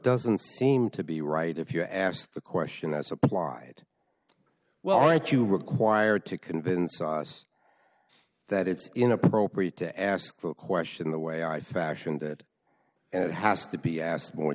doesn't seem to be right if you ask the question i supplied well i thought you required to convince us that it's inappropriate to ask the question the way i fashioned it and it has to be asked more